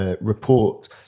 report